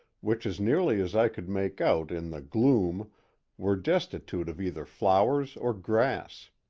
which as nearly as i could make out in the gloom were destitute of either flowers or grass.